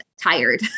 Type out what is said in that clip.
tired